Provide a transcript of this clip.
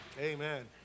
Amen